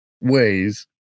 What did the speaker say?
ways